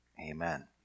Amen